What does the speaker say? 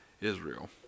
Israel